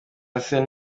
ukraine